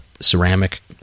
ceramic